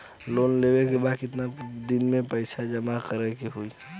Loan लेले के बाद कितना दिन में पैसा जमा करे के होई?